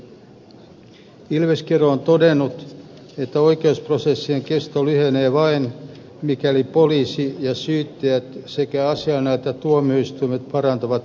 ilveskero on todennut että oikeusprosessien kesto lyhenee vain mikäli poliisi ja syyttäjät sekä asianajajat ja tuomioistuimet parantavat yhteistyötään